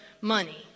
money